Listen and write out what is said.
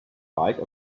bike